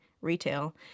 retail